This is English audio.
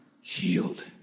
healed